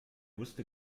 wusste